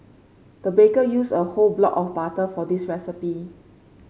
the baker used a whole block of butter for this recipe